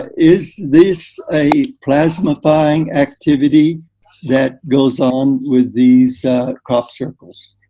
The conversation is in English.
is this a plasmafying activity that goes on with these crop circles.